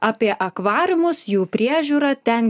apie akvariumus jų priežiūrą ten